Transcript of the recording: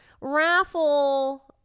raffle